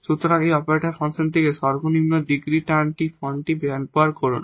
সুতরাং এই operator function থেকে সর্বনিম্ন ডিগ্রি টার্ন ফন্টটি বের করুন